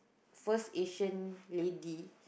first Asian lady